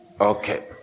Okay